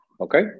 Okay